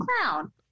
crown